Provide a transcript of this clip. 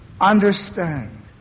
understand